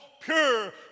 pure